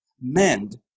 mend